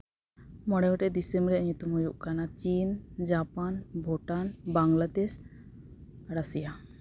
ᱢᱚᱬᱮ ᱜᱚᱴᱮᱡ ᱫᱤᱥᱚᱢ ᱨᱮᱭᱟᱜ ᱧᱩᱛᱩᱢ ᱦᱩᱭᱩᱜ ᱠᱟᱱᱟ ᱪᱤᱱ ᱡᱟᱯᱟᱱ ᱵᱷᱩᱴᱟᱱ ᱵᱟᱝᱞᱟᱫᱮᱥ ᱨᱟᱥᱤᱭᱟ